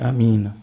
Amen